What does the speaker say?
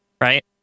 right